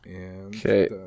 Okay